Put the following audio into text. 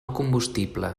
combustible